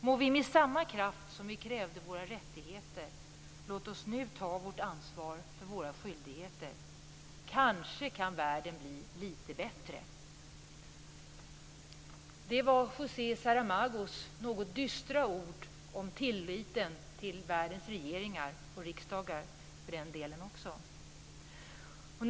Må vi med samma kraft som vi krävde våra rättigheter nu ta vårt ansvar för våra skyldigheter. Kanske kan världen bli lite bättre -" Det var José Saramagos något dystra ord om tilliten till världens regeringar och för den delen riksdagar.